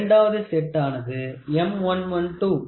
இரண்டாவது செட்டானது M 112